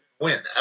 win